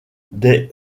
des